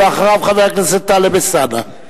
ואחריו, חבר הכנסת טלב אלסאנע.